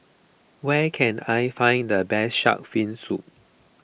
where can I find the best Shark's Fin Soup